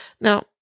Now